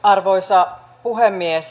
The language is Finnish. arvoisa puhemies